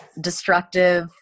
destructive